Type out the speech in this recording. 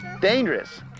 dangerous